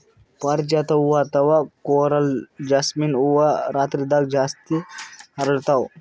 ಪಾರಿಜಾತ ಹೂವಾ ಅಥವಾ ಕೊರಲ್ ಜಾಸ್ಮಿನ್ ಹೂವಾ ರಾತ್ರಿದಾಗ್ ಜಾಸ್ತಿ ಅರಳ್ತಾವ